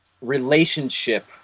relationship